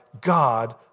God